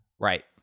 Right